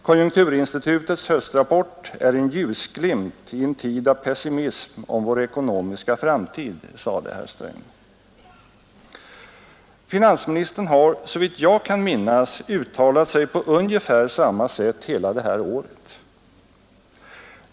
Konjunkturinstitutets höstrapport är en ljusglimt i en tid av pessimism om vår ekonomiska framtid, sade herr Sträng. Finansministern har såvitt jag kan minnas uttalat sig på ungefär samma sätt hela det här året.